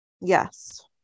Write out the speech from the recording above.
Yes